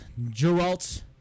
Geralt